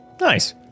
Nice